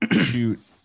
shoot